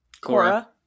Cora